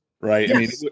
right